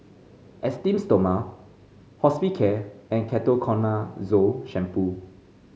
Esteem Stoma Hospicare and Ketoconazole Shampoo